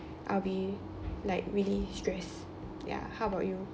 I'll be like really stressed ya how about you